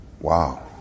Wow